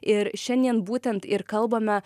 ir šiandien būtent ir kalbame